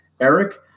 Eric